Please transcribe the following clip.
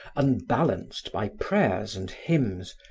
unbalanced by prayers and hymns,